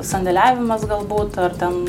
sandėliavimas galbūt ar ten